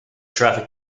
traffic